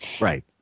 Right